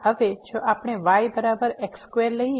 હવે જો આપણે y બરાબર x2 લઈએ